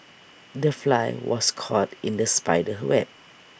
the fly was caught in the spider's web